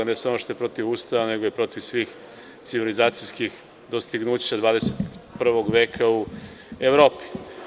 Dakle, ne samo što je protivustavan, nego je protiv svih civilizacijskih dostignuća 21. veka u Evropi.